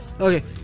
Okay